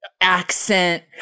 accent